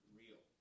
real